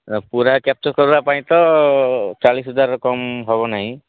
ପୁରା କ୍ୟାପଚର କରିବା ପାଇଁ ତ ଚାଳିଶ ହଜାର କମ୍ ହେବ ନାହିଁ